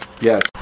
Yes